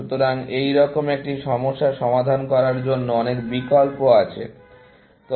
সুতরাং এইরকম একটি সমস্যা সমাধান করার জন্য অনেক বিকল্প আছে